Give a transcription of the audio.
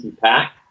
pack